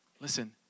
Listen